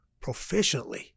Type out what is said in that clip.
Proficiently